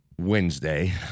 Wednesday